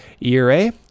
era